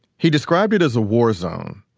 he described it as a war zone.